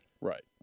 right